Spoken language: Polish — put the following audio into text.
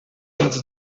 nic